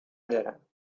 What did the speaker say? دارم